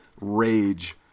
rage